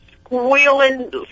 squealing